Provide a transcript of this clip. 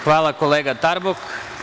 Hvala kolega Tarbuk.